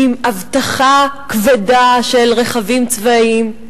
עם אבטחה כבדה של רכבים צבאיים,